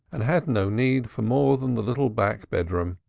and had no need for more than the little back bedroom,